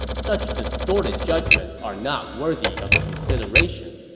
such distorted judgments are not worthy of consideration.